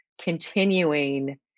continuing